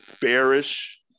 Bearish